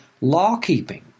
law-keeping